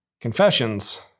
Confessions